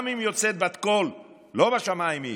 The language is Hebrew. גם אם יוצאת בת קול, לא בשמיים היא.